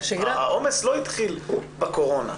העומס לא התחיל בקורונה.